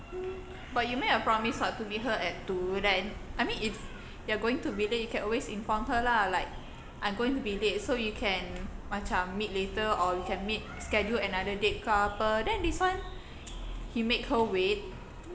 but you make a promise [what] to meet her at two like I mean if you are going to be late you can always inform her lah like I'm going to be late so you can macam meet later or you can meet schedule another date ke apa then this one he make her wait